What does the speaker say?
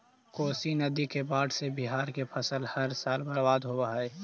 कोशी नदी के बाढ़ से बिहार के फसल हर साल बर्बाद होवऽ हइ